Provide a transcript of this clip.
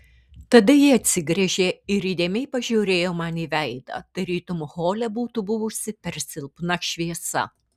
tada ji atsigręžė ir įdėmiai pažiūrėjo man į veidą tarytum hole būtų buvusi per silpna šviesa